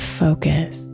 focus